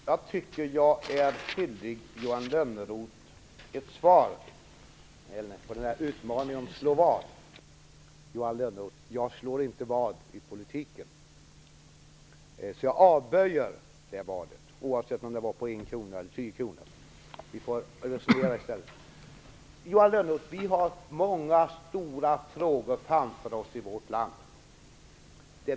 Herr talman! Jag tycker att jag är skyldig Johan Lönnroth ett svar på utmaningen om att slå vad. Johan Lönnroth, jag slår inte vad om politiken. Därför avböjer jag det vadet, oavsett om det gällde en krona eller tio kronor. Vi får resonera i stället. Vi har många stora frågor framför oss i vårt land.